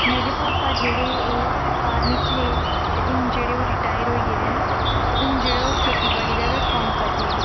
मेरे पापा जेहड़े ओह् आर्मी च है ते हून जेहड़े ओह् रिटायर होई गेदे न ते हून जेहड़े ओह् खेतीबाड़ी करदे न